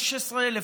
15,000,